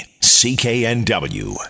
CKNW